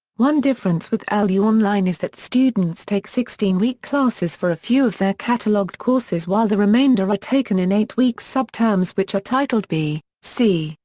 one difference with lu online is that students take sixteen week classes for a few of their cataloged courses while the remainder are ah taken in eight week subterms which are titled b, c,